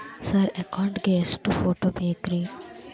Sir account ಗೇ ಎಷ್ಟು photo ಬೇಕ್ರಿ?